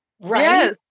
right